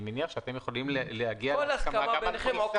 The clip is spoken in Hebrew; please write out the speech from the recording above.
אני מניח שאתם יכולים להגיע להסכמה גם על פריסה.